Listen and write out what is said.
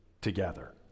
together